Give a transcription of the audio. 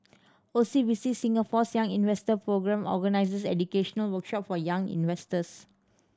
O C B C Singapore's Young Investor Programme organizes educational workshop for young investors